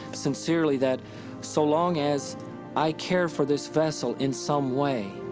sincerely, that so long as i care for this vessel in some way,